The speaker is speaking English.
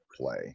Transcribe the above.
play